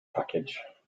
package